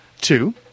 two